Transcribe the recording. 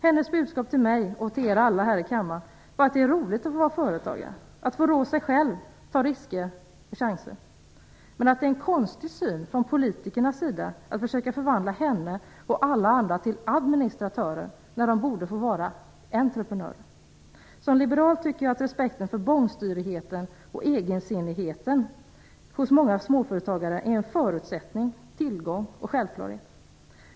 Hennes budskap till mig och till alla ledamöter här i kammaren var att det är roligt att få vara företagare, att få rå sig själv och att ta risker och chanser, men att det är en konstig syn som politikerna har när de försöker förvandla henne och alla andra företagare till administratörer, när de borde få vara entreprenörer. Som liberal tycker jag att respekten för bångstyrigheten och egensinnigheten hos många småföretagare är en förutsättning, en tillgång och en självklarhet.